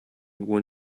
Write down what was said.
when